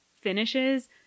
finishes